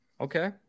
Okay